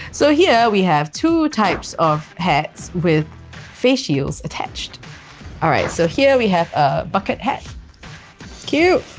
so here we have two types of hats with face shields attached alright, so here we have a bucket hat cute